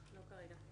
בבקשה.